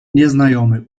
nieznajomy